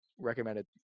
Recommended